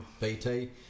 BT